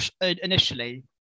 initially